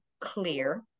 clear